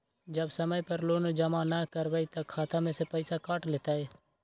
जब समय पर लोन जमा न करवई तब खाता में से पईसा काट लेहई?